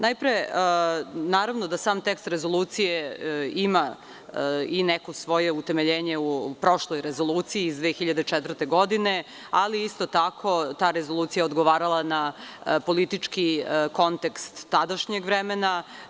Najpre, naravno da sam tekst Rezolucije ima i neko svoje utemeljenje u prošloj Rezoluciji iz 2004. godine, ali isto tako ta rezolucija je odgovarala na politički kontekst tadašnjeg vremena.